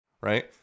right